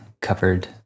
covered